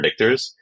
predictors